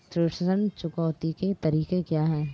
ऋण चुकौती के तरीके क्या हैं?